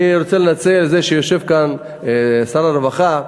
אני רוצה לנצל את זה שיושב כאן שר הרווחה,